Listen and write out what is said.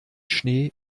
schnee